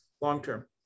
long-term